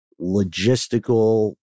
logistical